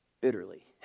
Bitterly